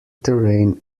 terrain